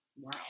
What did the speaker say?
Wow